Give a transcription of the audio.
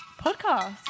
podcast